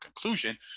conclusion